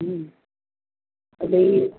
હમ્મ એટલે એ